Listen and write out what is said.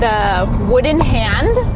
the wooden hand.